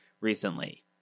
recently